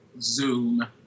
Zoom